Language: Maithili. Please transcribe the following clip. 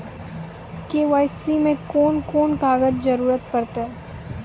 के.वाई.सी मे कून कून कागजक जरूरत परतै?